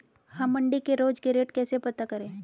हम मंडी के रोज के रेट कैसे पता करें?